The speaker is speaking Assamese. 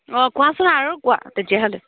অঁ কোৱাচোন আৰু কোৱা তেতিয়াহ'লে